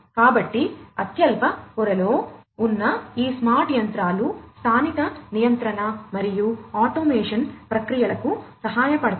కాబట్టి అత్యల్ప పొరలో ఉన్న ఈ స్మార్ట్ యంత్రాలు స్థానిక నియంత్రణ మరియు ఆటోమేషన్ ప్రక్రియలకు సహాయపడతాయి